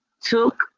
took